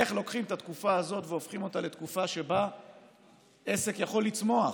איך לוקחים את התקופה הזאת והופכים אותה לתקופה שבה עסק יכול לצמוח,